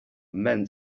meant